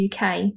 UK